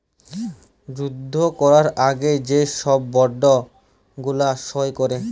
যুদ্ধ ক্যরার আগে যে ছব বল্ড গুলা সই ক্যরে